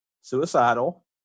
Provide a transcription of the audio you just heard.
suicidal